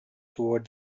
toward